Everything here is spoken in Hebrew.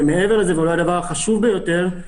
ומעבר לזה, ואולי הדבר החשוב ביותר,